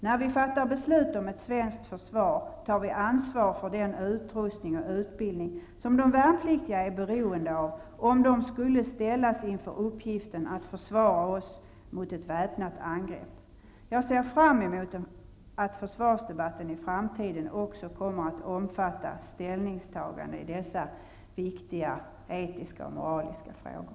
När vi fattar beslut om ett svenskt försvar tar vi ansvar för den utrustning och utbildning som de värnpliktiga är beroende av, om de skulle ställas inför uppgiften att försvara oss mot ett väpnat angrepp. Jag ser fram emot att försvarsdebatten i framtiden också kommer att omfatta ställningstagande i dessa viktiga etiska och moraliska frågor.